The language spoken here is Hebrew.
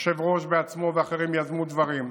היושב-ראש בעצמו ואחרים יזמו דברים.